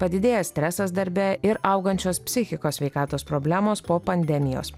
padidėjęs stresas darbe ir augančios psichikos sveikatos problemos po pandemijos